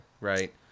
right